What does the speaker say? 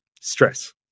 stress